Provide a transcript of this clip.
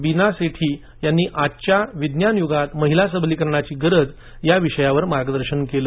बिना सेठी यांनी आजच्या विज्ञान युगात महिला सबलीकरणाची गरज या विषयावर मार्गदर्शन केले